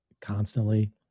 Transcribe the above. constantly